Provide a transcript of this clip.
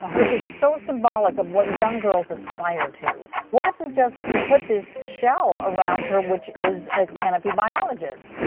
ah which is so symbolic of what young girls aspire to what if we just put this shell around her which is a canopy biologist?